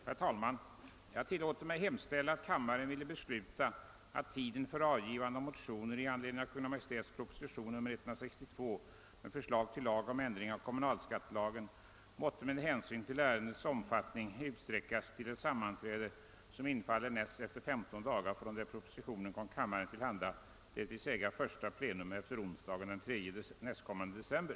Herr talman! Jag tillåter mig hemställa, att kammaren ville besluta, att tiden för avgivande av motioner i anledning av Kungl. Maj:ts proposition nr 162, med förslag till lag om ändring i kommunalskattelagen =, måtte med hänsyn till ärendets omfattning utsträckas till det sammanträde som infaller näst efter femton dagar från det propositionen kom kammaren till handa, d.v.s. första plenum efter onsdagen den: 3 nästkommande december.